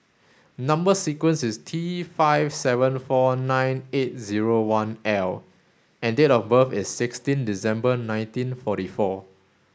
number sequence is T five seven four nine eight zero one L and date of birth is sixteen December nineteen forty four